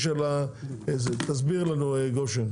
תסביר לנו גושן.